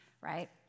right